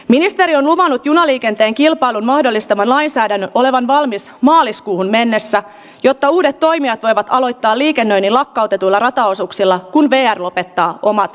ministeri on huomannut junaliikenteen kilpailun mahdollistava lainsäädäntö olevan valmis maaliskuuhun mennessä jotta uudet ohjataan aloittaa liikennöinnin lakkautetuilla rataosuuksilla kuluneen lopettaa omat